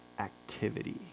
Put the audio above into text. activity